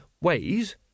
ways